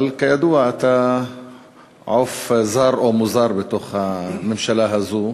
אבל כידוע אתה עוף זר ומוזר בתוך הממשלה הזאת,